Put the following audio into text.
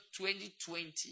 2020